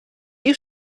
you